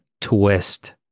Twist